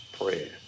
prayer